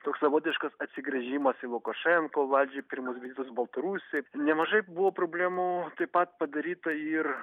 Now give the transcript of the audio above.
toks savotiškas atsigręžimas į lukašenko valdžią pirmas vizitas į baltarusiją nemažai buvo problemų taip pat padaryta ir